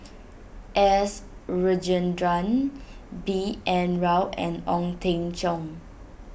S Rajendran B N Rao and Ong Teng Cheong